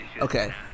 Okay